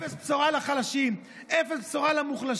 אפס בשורה לחלשים, אפס בשורה למוחלשים.